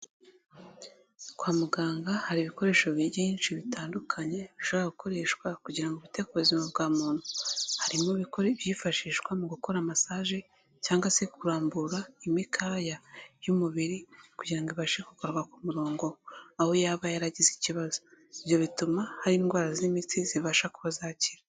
Kwa muganga hari ibikoresho byinshi bitandukanye bishobora gukoreshwa kugira ngo bite ku buzima bwa muntu, harimo ibyifashishwa mu gukora massage cyangwa se kurambura imikaya y'umubiri kugira ngo ibashe kugaruka ku murongo aho yaba yaragize ikibazo, ibyo bituma hari indwara z'imitsi zibasha kuba zakira.